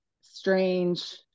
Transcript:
strange